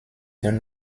d’un